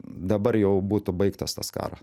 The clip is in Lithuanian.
dabar jau būtų baigtas tas kara